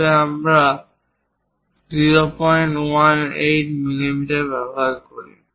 তবে আমরা 018 মিমি ব্যবহার করি